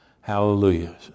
hallelujah